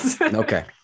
Okay